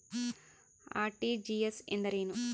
RTGS ಎಂದರೇನು?